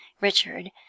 Richard